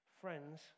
friends